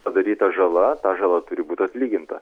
padaryta žala ta žala turi būt atlyginta